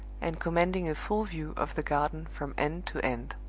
and commanding a full view of the garden from end to end.